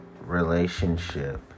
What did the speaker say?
relationship